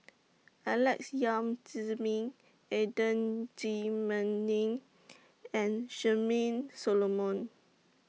Alex Yam Ziming Adan Jimenez and Charmaine Solomon